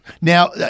now